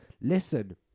Listen